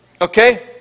Okay